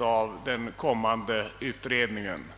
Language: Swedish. av den kommande utredningen.